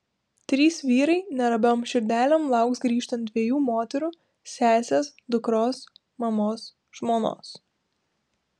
trys vyrai neramiom širdelėm lauks grįžtant dviejų moterų sesės dukros mamos žmonos